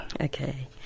Okay